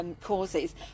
Causes